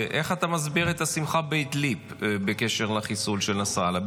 איך אתה מסביר את השמחה באידליב בקשר לחיסול של נסראללה?